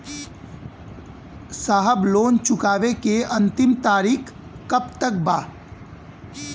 साहब लोन चुकावे क अंतिम तारीख कब तक बा?